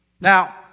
Now